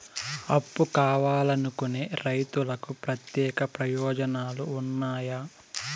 అప్పు కావాలనుకునే రైతులకు ప్రత్యేక ప్రయోజనాలు ఉన్నాయా?